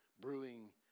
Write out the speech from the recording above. brewing